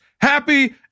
Happy